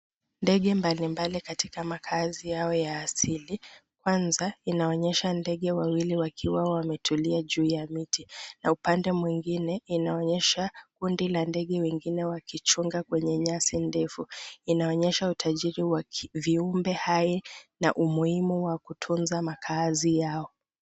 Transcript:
Ndege mbali mbai katika makaazi yao ya asili, kwanza inaonyesha ndege wawili wakiwa wametulia juu ya miti na upande mwingine inaonyesha kundi la ndege wengine wakichunga kwenye nyasi ndefu. Inaonyesha utajiri wa viumbe hai na umuhumu wa kutunza makaazi yao.